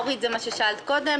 אורית פרקש-הכהן, זה מה ששאלת קודם.